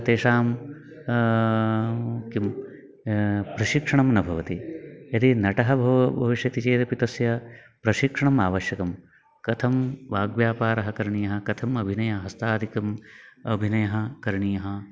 तेषां किं प्रशिक्षणं न भवति यदि नटः भव् भविष्यति चेदपि तस्य प्रशिक्षणम् आवश्यकं कथं वाग्व्यापारः करणीयः कथम् अभिनयं हस्तादिकम् अभिनयः करणीयः